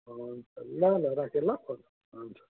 हुन्छ ल ल राखेँ ल फोन हुन्छ